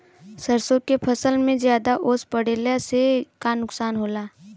सरसों के फसल मे ज्यादा ओस पड़ले से का नुकसान होला?